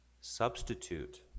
substitute